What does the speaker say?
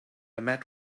met